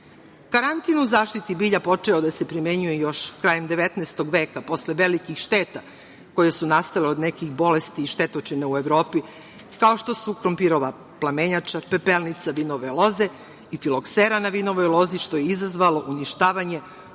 u zaštiti bilja počeo je da se primenjuje još krajem XIX veka, posle velikih šteta koje su nastale od nekih bolesti i štetočina u Evropi, kao što su krompirova plamenjača, pepelnica vinove loze i filoksera na vinovoj lozi, što je izazvalo uništavanje